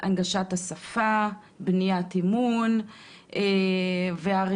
הנגשת השפה, בניית אמון והרפורמה.